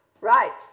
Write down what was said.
Right